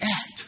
act